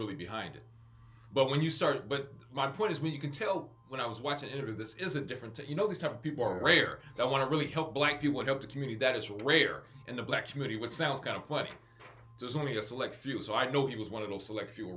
really behind it but when you start but my point is when you can tell when i was watching it or this isn't different you know these type of people are rare that want to really help black you would help the community that is rare in the black community which sounds kind of like there's only a select few so i know he was one of the select few